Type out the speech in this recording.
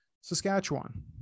Saskatchewan